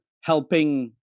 helping